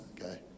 okay